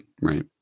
Right